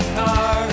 car